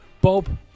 Bob